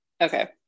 Okay